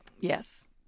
Yes